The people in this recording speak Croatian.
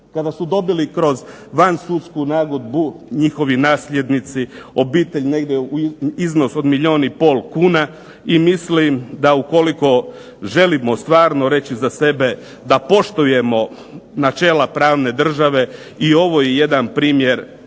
kada su dobili kroz van sudsku nagodbu njihovi nasljednici, obitelj negdje iznos od milijun i pol kuna i mislim da ukoliko želimo stvarno reći za sebe da poštujemo načela pravne države i ovo je jedan primjer